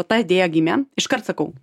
ta idėja gimė iškart sakau